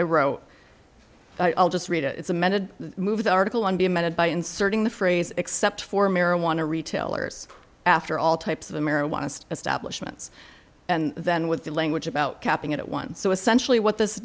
i wrote i'll just read a it's amended move the article on be amended by inserting the phrase except for marijuana retailers after all types of the marijuana establishments and then with the language about capping it at once so essentially what this